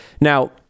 Now